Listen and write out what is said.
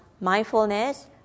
mindfulness